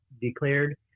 declared